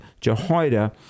Jehoiada